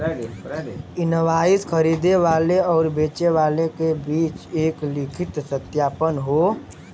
invoice खरीदे वाले आउर बेचे वाले क बीच एक लिखित सत्यापन हौ